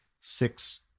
six